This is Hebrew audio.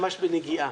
ממש בנגיעה.